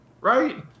Right